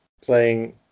playing